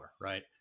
right